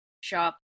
shop